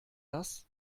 das